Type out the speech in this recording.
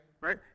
right